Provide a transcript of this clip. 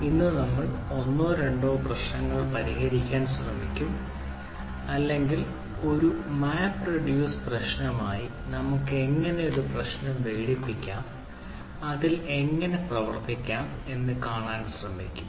ഇന്ന് നമ്മൾ ഒന്നോ രണ്ടോ പ്രശ്നങ്ങൾ പരിഹരിക്കാൻ ശ്രമിക്കും അല്ലെങ്കിൽ ഒരു മാപ്പ് റെഡ്യൂസ് പ്രശ്നമായി നമുക്ക് എങ്ങനെ ഒരു പ്രശ്നം വിഘടിപ്പിക്കാം അതിൽ എങ്ങനെ പ്രവർത്തിക്കാം എന്നത് കാണാൻ ശ്രമിക്കും